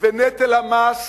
ונטל המס